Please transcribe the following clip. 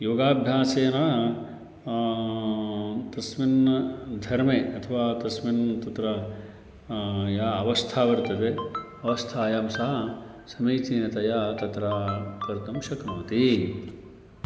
योगाभ्यासेन तस्मिन् धर्मे अथवा तस्मिन् तत्र या अवस्था वर्तते अवस्थायां सा समीचीनतया तत्र कर्तुं शक्नोति